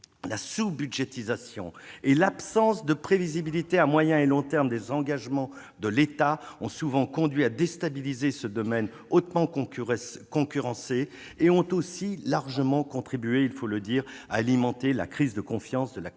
la sous-budgétisation et l'absence de prévisibilité à moyen et long terme des engagements de l'État ont souvent conduit à déstabiliser un secteur hautement concurrencé et largement contribué à alimenter la crise de confiance de la communauté